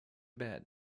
bed